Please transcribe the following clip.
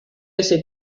ese